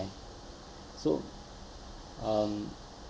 so um